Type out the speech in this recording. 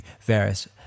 various